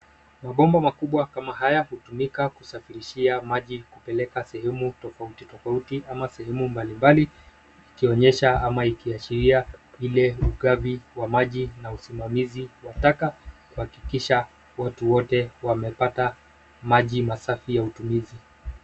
Mabomba makubwa kama haya hutumika kusafirishia maji kupeleka sehemu tofauti tofauti ama sehemu mbali mbali, ikionyesha ama ikiashiria ile ugavi wa maji na usimamizi wa taka, kuhakikisha watu wote wamepata maji masafi ya utumizi.